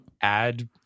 add